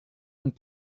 une